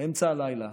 באמצע הלילה,